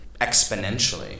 exponentially